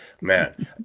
man